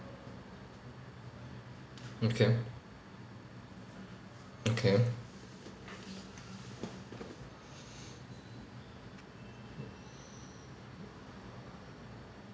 okay okay